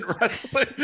wrestling